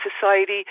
society